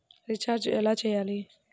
Recharge ఎలా చెయ్యాలి?